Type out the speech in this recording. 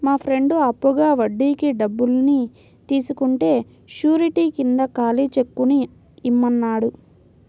మా ఫ్రెండు అప్పుగా వడ్డీకి డబ్బుల్ని తీసుకుంటే శూరిటీ కింద ఖాళీ చెక్కుని ఇమ్మన్నాడు